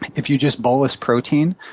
if you just bolus protein,